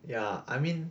ya I mean